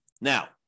Now